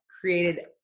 created